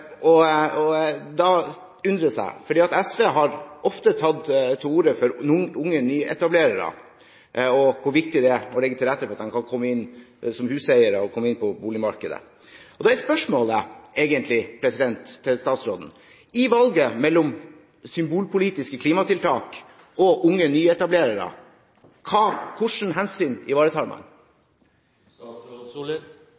SV ofte har tatt til orde for unge nyetablerere og hvor viktig det er å legge til rette for at de kan komme inn som huseiere og komme inn på boligmarkedet, blir spørsmålet til statsråden egentlig: I valget mellom symbolpolitiske klimatiltak og unge nyetablere – hvilke hensyn